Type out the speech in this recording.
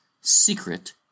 secret